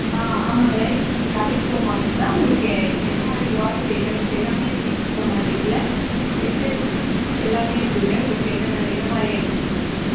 ஆ ஆமாங்க இது கலை சூப்பர் மார்கெட்டுதான் உங்களுக்கு என்ன மாதிரி க்ராஸரி ஐட்டம்ஸ் எல்லாமே இருக்குது எங்கள் சூப்பர் மார்க்கெட்டில் வெஜிடபிள்ஸ் எல்லாமே இருக்குதுங்க உங்களுக்கு என்ன என்ன மாதிரி ஐட்டம்ஸ் வேணுங்க